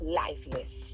lifeless